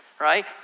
right